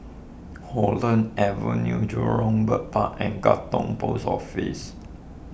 Holland Avenue Jurong Bird Park and Katong Post Office